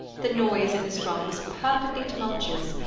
the noise in this room was perfectly tumultuous,